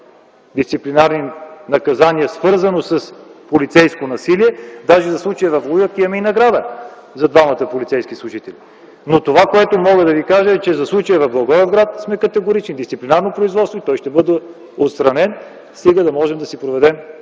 дисциплинарно наказание, свързано с полицейско насилие. Даже за случая във Волуяк имаме и награда за двамата полицейски служители. Но това, което мога да ви кажа, е, че за случая в Благоевград сме категорични – дисциплинарно производство и той ще бъде отстранен, стига да можем да го проведем